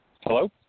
Hello